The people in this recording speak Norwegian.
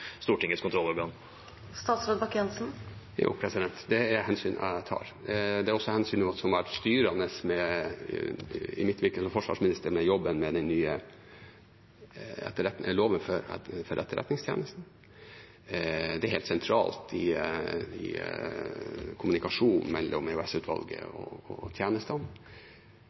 Stortingets kontrollorgan? Jo, det er hensyn jeg tar. Det er også hensyn som har vært styrende i mitt virke som forsvarsminister i jobben med den nye loven om Etterretningstjenesten. Det er helt sentralt i kommunikasjonen mellom EOS-utvalget og tjenestene.